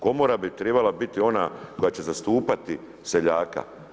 Komora bi trebala biti ona koja će zastupati seljaka.